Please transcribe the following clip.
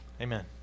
Amen